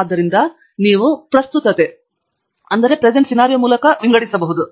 ಆದ್ದರಿಂದ ನೀವು ಪ್ರಸ್ತುತತೆ ಮೂಲಕ ವಿಂಗಡಿಸಬಹುದು